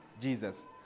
Jesus